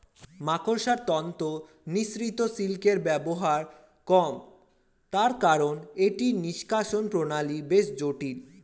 মাকড়সার তন্তু নিঃসৃত সিল্কের ব্যবহার কম, তার কারন এটির নিষ্কাশণ প্রণালী বেশ জটিল